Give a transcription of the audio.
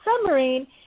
submarine